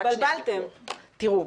תראו,